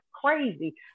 crazy